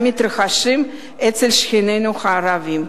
המתרחשים אצל שכנינו הערבים,